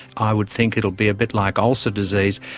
i would think it would be a bit like ulcer disease.